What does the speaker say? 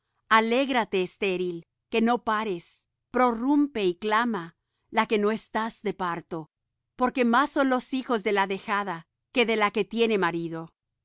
alégrate estéril que no pares prorrumpe y clama la que no estás de parto porque más son los hijos de la dejada que de la que tiene marido